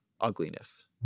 ugliness